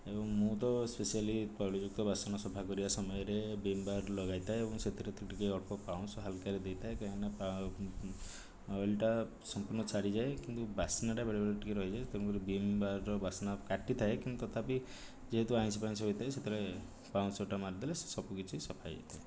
ଏବଂ ମୁଁ ତ ସ୍ପେସିଆଲି ବାସନ ସଫାକରିବା ସମୟରେ ଭୀମ୍ ବାର୍ ଲଗାଇଥାଏ ଏବଂ ସେଥିରେ ତ ଟିକିଏ ଅଳ୍ପ ପାଉଁଶ ହାଲକାରେ ଦେଇଥାଏ କାହିଁକି ନା ଅୟେଲ୍ ଟା ସମ୍ପୂର୍ଣ୍ଣ ଛାଡ଼ିଯାଏ କିନ୍ତୁ ବାସ୍ନାଟା ବେଳେବେଳେ ଟିକିଏ ରହିଯାଏ ତେଣୁକରି ଭୀମ୍ ବାର୍ ର ବାସ୍ନା କାଟିଥାଏ କିନ୍ତୁ ତଥାପି ଯେହେତୁ ଆଇଁଷ ଫାଇଁଷ ହୋଇଥାଏ ତେଣୁ ସେଥିରେ ପାଉଁଶ ଟା ମାରିଦେଲେ ସବୁକିଛି ସଫା ହୋଇଯାଇଥାଏ